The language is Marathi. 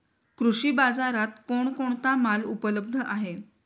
कृषी बाजारात कोण कोणता माल उपलब्ध आहे?